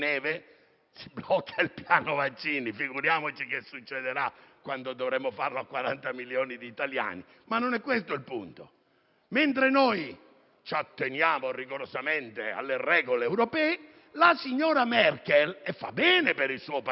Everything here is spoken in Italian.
si blocca il piano vaccini. Figuriamoci che succederà quando dovremo farlo a 40 milioni di italiani! Non è questo il punto, comunque. Mentre noi ci atteniamo rigorosamente alle regole europee, la signora Merkel - che fa bene per il suo Paese